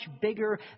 bigger